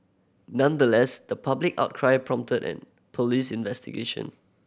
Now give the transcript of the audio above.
nonetheless the public outcry prompted an police investigation